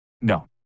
No